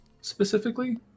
specifically